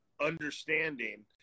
Understanding